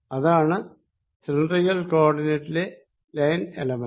അതാണ് സിലിണ്ടറിക്കൽ കോ ഓർഡിനേറ്റിലെ ലൈൻ എലമെന്റ്